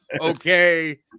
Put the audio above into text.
okay